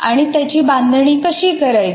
आणि त्याची बांधणी कशी करायची